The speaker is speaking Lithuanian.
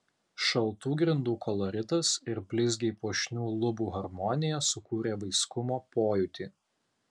šaltų grindų koloritas ir blizgiai puošnių lubų harmonija sukūrė vaiskumo pojūtį